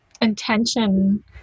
intention